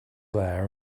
there